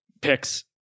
picks